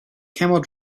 camel